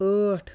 ٲٹھ